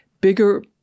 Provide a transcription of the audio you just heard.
bigger